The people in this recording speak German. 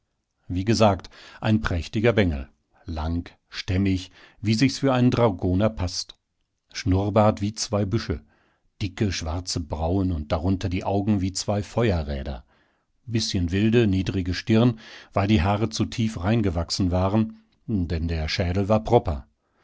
wie gesagt ein prächtiger bengel lang stämmig wie sich's für einen dragoner paßt schnurrbart wie zwei büsche dicke schwarze brauen und darunter die augen wie zwei feuerräder bißchen wilde niedrige stirn weil die haare zu tief reingewachsen waren denn der schädel war proper